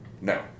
No